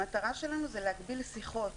המטרה שלנו היא להגביל שיחות.